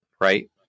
right